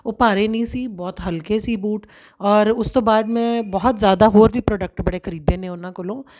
ਉਹ ਭਾਰੇ ਨਹੀਂ ਸੀ ਬਹੁਤ ਹਲਕੇ ਸੀ ਬੂਟ ਔਰ ਉਸ ਤੋਂ ਬਾਅਦ ਮੈਂ ਬਹੁਤ ਜ਼ਿਆਦਾ ਹੋਰ ਵੀ ਪ੍ਰੋਡਕਟ ਬੜੇ ਖਰੀਦੇ ਨੇ ਉਹਨਾਂ ਕੋਲੋਂ